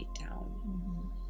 down